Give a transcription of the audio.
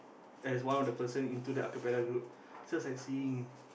as one of the person into the acapella group so sexy